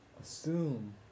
Assume